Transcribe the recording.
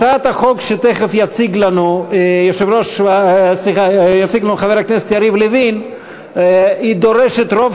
הצעת החוק שתכף יציג לנו חבר הכנסת יריב לוין דורשת רוב